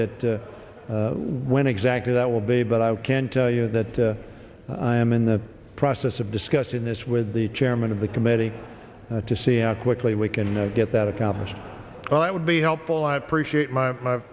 that when exactly that will be but i can tell you that i am in the process of discussing this with the chairman of the committee to see how quickly we can get that accomplished and that would be helpful i appreciate my